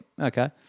Okay